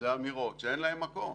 אלה אמירות שאין להן מקום.